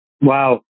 Wow